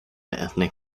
ethnic